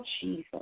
Jesus